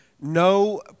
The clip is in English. no